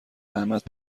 احمد